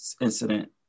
incident